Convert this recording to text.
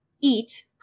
Eat